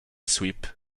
sweep